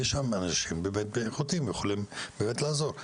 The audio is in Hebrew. יש שם אנשים איכותיים שיכולים באמת לעזור.